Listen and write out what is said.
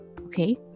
Okay